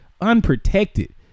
unprotected